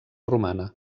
romana